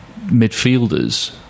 midfielders